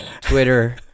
twitter